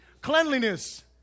Cleanliness